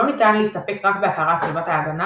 לא ניתן להסתפק רק בהכרת סביבת ההגנה